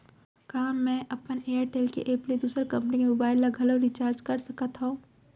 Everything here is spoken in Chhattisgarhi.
का मैं अपन एयरटेल के एप ले दूसर कंपनी के मोबाइल ला घलव रिचार्ज कर सकत हव?